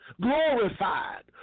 glorified